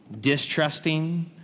distrusting